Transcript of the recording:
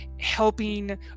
helping